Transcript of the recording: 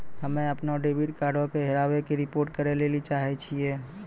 हम्मे अपनो डेबिट कार्डो के हेराबै के रिपोर्ट करै लेली चाहै छियै